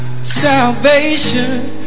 salvation